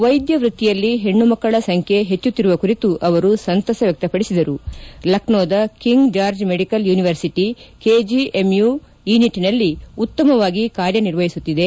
ವೈದ್ಯ ವೃತ್ತಿಯಲ್ಲಿ ಹೆಣ್ಣು ಮಕ್ಕಳ ಸಂಖ್ಯೆ ಹೆಚ್ಚುತ್ತಿರುವ ಕುರಿತು ಅವರು ಸಂತಸ ವ್ಯಕ್ತಪಡಿಸಿದ ಅವರು ಲಕ್ನೋದ King George Medical University AKGMU ಈ ನಿಟ್ಟನಲ್ಲಿ ಉತ್ತಮವಾಗಿ ಕಾರ್ಯ ನಿರ್ವಹಿಸುತ್ತಿದೆ